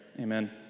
amen